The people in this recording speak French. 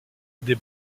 des